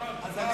אני מתנצל.